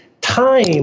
Time